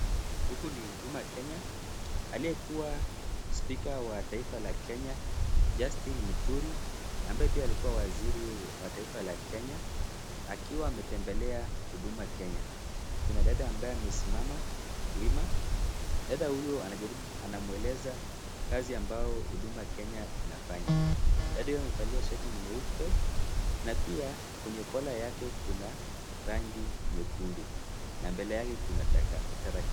Huku ni huduma kenya. Aliyekuwa spika wa taifa la Kenya, Justin Muturi, ambaye pia aliyekuwa waziri wa taifa la Kenya, akiwa ametembelea huduma kenya. Kuna dada ambaye amesimama wima. Dada huyu anamueleza kazi ambayo huduma kenya inafanya. Dada huyu amevalia shati nyeupe na pia kwenye kola yake kuna rangi nyekundu na mbele yake kuna tarakilishi.